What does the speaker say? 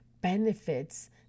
benefits